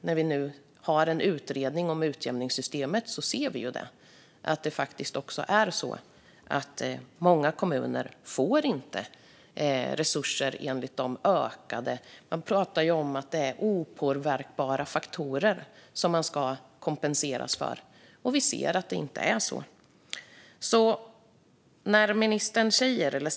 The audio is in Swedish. När vi nu har en utredning om utjämningssystemet ser vi att det faktiskt är så att många kommuner inte får resurser enligt de ökade opåverkbara faktorer som man ska kompenseras för. Man pratar om detta, men vi ser att det inte är så.